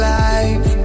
life